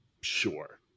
sure